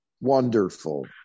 Wonderful